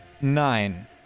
Nine